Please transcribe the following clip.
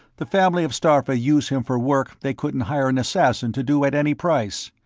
the family of starpha use him for work they couldn't hire an assassin to do at any price.